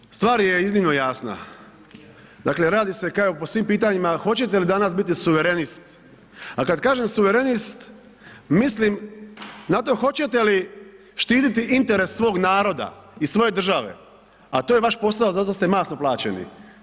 Dakle, stvar je iznimno jasna radi se kao i po svim pitanjima hoćete li danas biti suverenist, a kada kažem suverenist mislim na to hoćete li štititi interes svog naroda i svoje države, a to je vaš posao i zato ste masno plaćeni.